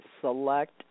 select